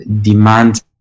demand